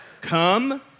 come